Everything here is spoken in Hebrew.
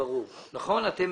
אתם מסכימים?